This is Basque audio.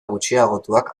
gutxiagotuak